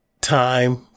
time